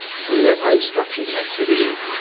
through their own structures and activities,